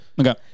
okay